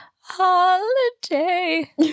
Holiday